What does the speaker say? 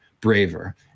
braver